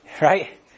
right